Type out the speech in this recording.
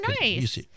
nice